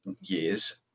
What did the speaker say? years